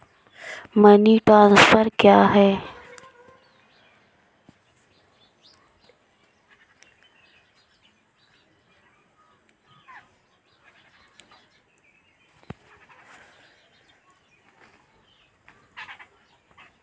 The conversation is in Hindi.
मनी ट्रांसफर क्या है?